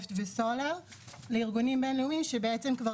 נפט וסולר לארגונים בינלאומיים שבעצם כבר